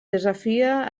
desafia